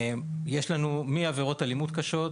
יש לנו מעבירות אלימות קשות,